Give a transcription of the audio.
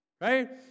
right